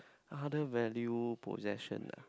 other valued procession ah